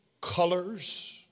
colors